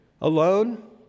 alone